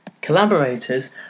collaborators